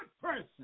person